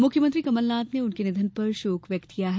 मुख्यमंत्री कमलनाथ ने उनके निधन पर शोक व्यक्त किया है